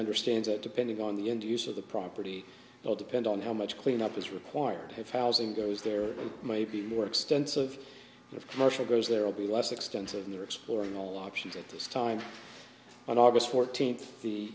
understands that depending on the end use of the property will depend on how much cleanup is required to have housing goes there may be more extensive of commercial grows there will be less extensive they're exploring all options at this time on august fourteenth the